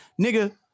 nigga